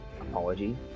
apology